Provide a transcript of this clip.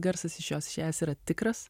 garsas iš jos išėjęs yra tikras